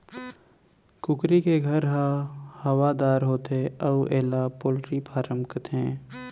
कुकरी के घर ह हवादार होथे अउ एला पोल्टी फारम कथें